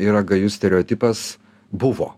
yra gajus stereotipas buvo